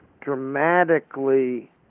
dramatically